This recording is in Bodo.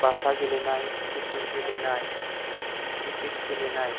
बाथा गेलेनाय फिटु गेलेनाय क्रिकेट गेलेनाय